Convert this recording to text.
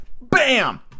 bam